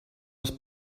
les